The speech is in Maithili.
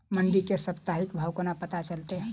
मंडी केँ साप्ताहिक भाव कोना पत्ता चलतै?